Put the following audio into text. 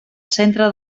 centre